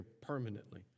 permanently